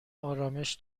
آرامش